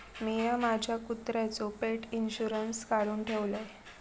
मिया माझ्या कुत्र्याचो पेट इंशुरन्स काढुन ठेवलय